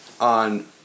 on